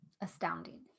Astounding